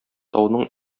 тауның